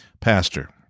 pastor